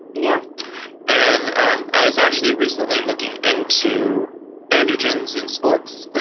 yeah and and i was actually recently looking into androgens in sports.